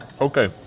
Okay